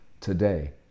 Today